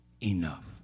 enough